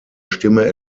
stimme